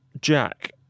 Jack